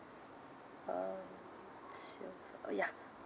um let's see oh ya